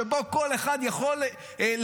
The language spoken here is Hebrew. שבו כל אחד יכול להעביר,